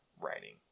writing